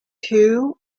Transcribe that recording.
two